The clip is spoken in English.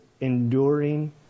enduring